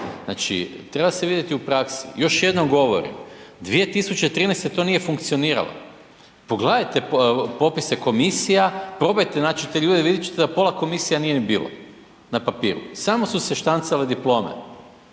Znači, treba se vidjeti u praksi. Još jednog govorim, 2013. to nije funkcioniralo. Pogledajte popise komisija, probajte naći te ljude, vidjet ćete da pola komisija nije ni bilo. Na papiru, samo se štancale diplome.